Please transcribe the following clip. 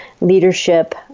leadership